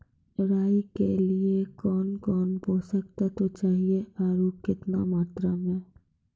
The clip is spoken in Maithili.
राई के लिए कौन कौन पोसक तत्व चाहिए आरु केतना मात्रा मे?